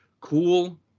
cool